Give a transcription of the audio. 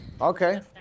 Okay